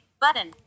Button